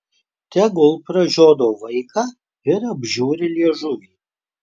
tegul pražiodo vaiką ir apžiūri liežuvį